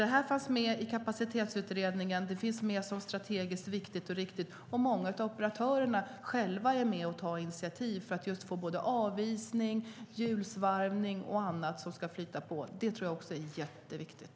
Den frågan fanns med i Kapacitetsutredningen. Den är strategiskt viktig. Många av operatörerna tar själva initiativ för att få både avisning, hjulsvarvning och annat att flyta på. Det är mycket viktigt.